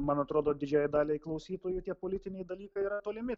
man atrodo didžiajai daliai klausytojų tie politiniai dalykai yra tolimi